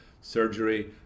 surgery